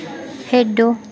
खेढो